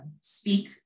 speak